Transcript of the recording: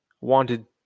wanted